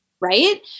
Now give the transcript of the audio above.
right